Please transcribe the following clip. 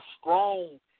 strong